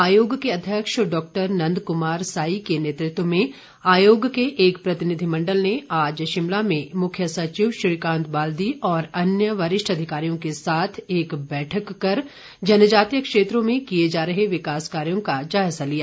आयोग के अध्यक्ष डॉक्टर नंदक्मार साई के नेतृत्व में आयोग के एक प्रतिनिधिमण्डल ने आज शिमला में मुख्य सचिव श्रीकांत बाल्दी और अन्य वरिष्ठ अधिकारियों के साथ एक बैठक कर जनजातीय क्षेत्रों में किए जा रहे विकास कार्यों का जायजा लिया